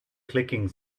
clicking